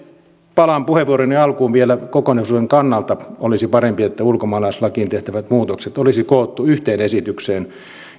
palaan puheenvuoroni alkuun vielä kokonaisuuden kannalta olisi parempi että ulkomaalaislakiin tehtävät muutokset olisi koottu yhteen esitykseen